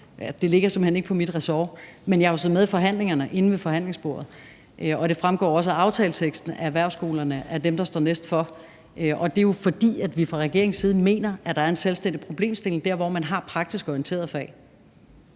der ligger under mit ressort, men jeg er jo så med i forhandlingerne inde ved forhandlingsbordet, og det fremgår også af aftaleteksten, at erhvervsskolerne er dem, der står næst for. Det er jo, fordi vi fra regeringens side mener, at der er en selvstændig problemstilling der, hvor man har praktisk orienterede fag.